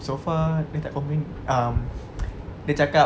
so far dia tak complain um dia cakap